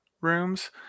rooms